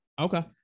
Okay